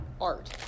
art